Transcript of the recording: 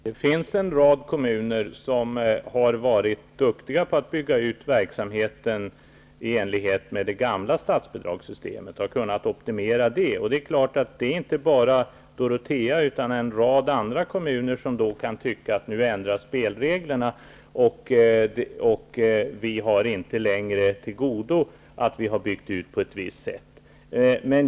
Herr talman! Det finns en rad kommuner som har varit duktiga på att bygga ut verksamheten i enlighet med det gamla statsbidragssystemet och har kunnat optimera det. Det är inte bara Dorotea utan en rad andra kommuner som då kan tycka att spelreglerna nu ändras och att det inte längre kommer dem till godo att de har byggt ut på ett visst sätt.